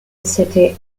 city